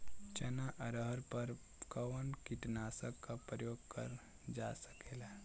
चना अरहर पर कवन कीटनाशक क प्रयोग कर जा सकेला?